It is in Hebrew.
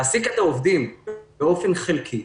להעסיק את העובדים באופן חלקי.